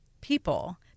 people